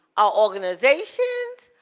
our organizations,